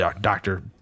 Doctor